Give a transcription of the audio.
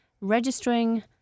registering